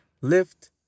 lift